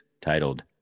titled